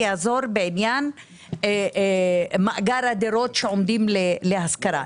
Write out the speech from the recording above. יעלה את מספר הדירות שעומדות להשכרה.